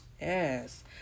Yes